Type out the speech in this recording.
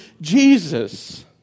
Jesus